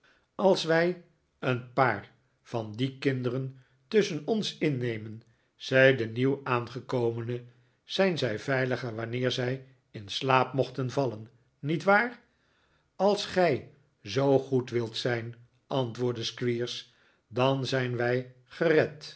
als wij een paar van die kinderen tusschen ons in nemen zei de nieuw aangekomene zijn zij veiliger wanneer zij in slaap mochten vallen niet waar als gij zoo goed wilt zijn antwoordde squeers dan zijn wij gered